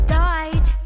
died